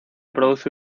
produce